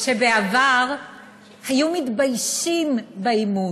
היו מתביישים באימוץ,